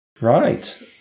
Right